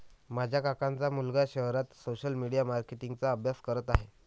माझ्या काकांचा मुलगा शहरात सोशल मीडिया मार्केटिंग चा अभ्यास करत आहे